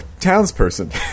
Townsperson